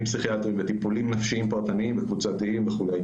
פסיכיאטריים וטיפולים נפשיים פרטניים וקבוצתיים וכו'.